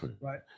right